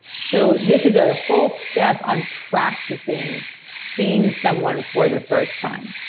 so this is a whole step on practicing seeing someone for the first time.